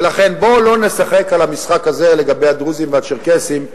ולכן בוא לא נשחק את המשחק הזה לגבי הדרוזים והצ'רקסים,